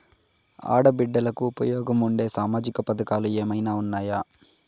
ఆడ బిడ్డలకు ఉపయోగం ఉండే సామాజిక పథకాలు ఏమైనా ఉన్నాయా?